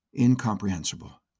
incomprehensible